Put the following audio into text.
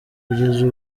kugeza